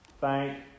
Thank